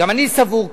גם אני סבור כך,